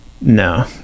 No